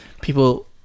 people